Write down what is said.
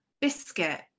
biscuit